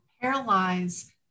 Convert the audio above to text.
paralyze